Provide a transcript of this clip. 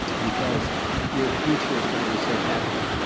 because your future is going to be so heavy.